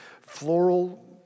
floral